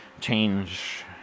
change